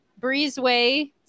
Breezeway